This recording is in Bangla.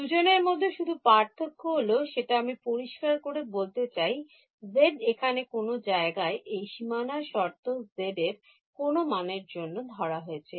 দুজনের মধ্যে শুধু পার্থক্য হল সেটা আমি পরিষ্কার করে বলতে চাই z এখানে কোন জায়গায় আছে এই সীমানা শর্ত z এর কোন মানের জন্য ধরা হয়েছে